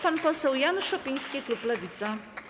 Pan poseł Jan Szopiński, klub Lewica.